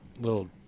little